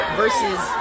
versus